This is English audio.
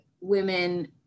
women